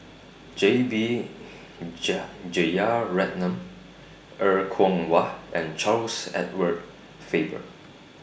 J B Jeyaretnam Er Kwong Wah and Charles Edward Faber